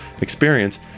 experience